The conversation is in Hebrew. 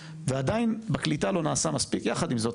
ועדיין בקליטה לא נעשה מספיק יחד עם זאת.